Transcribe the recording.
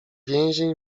więzień